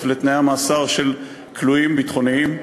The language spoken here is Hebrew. לתנאי המאסר של כלואים ביטחוניים.